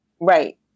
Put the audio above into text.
Right